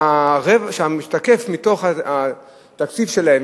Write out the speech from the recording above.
והמשתקף מתוך התקציב שלהם,